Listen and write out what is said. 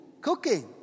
cooking